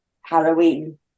halloween